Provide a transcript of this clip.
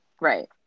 Right